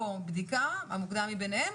או בדיקה המוקדם מביניהם,